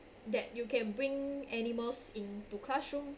that you can bring animals into classroom